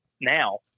now